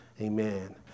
amen